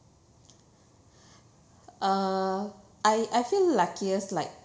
uh I I feel luckiest like